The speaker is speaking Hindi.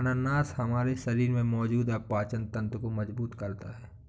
अनानास हमारे शरीर में मौजूद पाचन तंत्र को मजबूत करता है